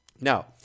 Now